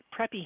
preppy